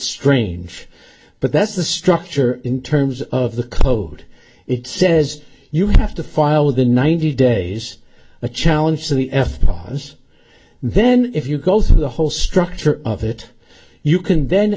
strange but that's the structure in terms of the code it says you have to file within ninety days a challenge to the f b i office then if you go through the whole structure of it you can then